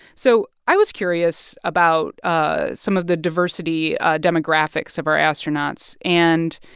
so i was curious about ah some of the diversity demographics of our astronauts. and,